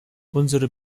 unsere